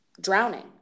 drowning